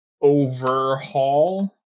overhaul